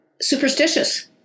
superstitious